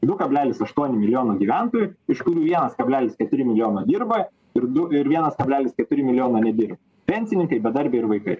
du kablelis aštuoni milijono gyventojų iš tų milijonas kablelis keturi milijono dirba ir du ir vienas kablelis keturi milijono nedir pensininkai bedarbiai ir vaikai